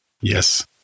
Yes